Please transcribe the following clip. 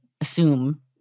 assume